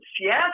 yes